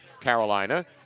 Carolina